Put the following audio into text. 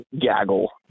gaggle